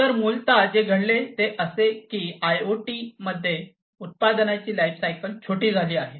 तर मूलतः जे घडले ते असे की आयओटी मध्ये उत्पादनाची लाइफ सायकल छोटी झाली आहे